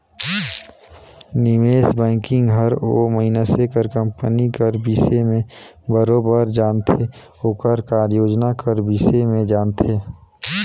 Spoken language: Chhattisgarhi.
निवेस बैंकिंग हर ओ मइनसे कर कंपनी कर बिसे में बरोबेर जानथे ओकर कारयोजना कर बिसे में जानथे